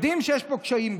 יודעים שיש פה קשיים,